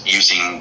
using